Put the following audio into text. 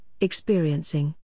experiencing